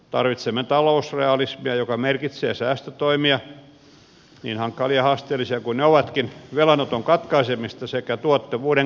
tarvitsemme talousrealismia joka merkitsee säästötoimia niin hankalia ja haasteellisia kuin ne ovatkin velanoton katkaisemista sekä tuottavuuden kasvattamista